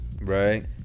Right